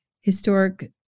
historic